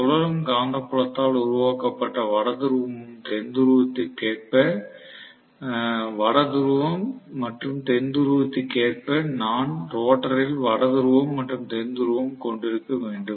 சுழலும் காந்தப்புலத்தால் உருவாக்கப்பட்ட வட துருவமும் தென் துருவத்திற்கேற்ப நான் ரோட்டரில் வட துருவம் மற்றும் தென் துருவம் கொண்டிருக்க வேண்டும்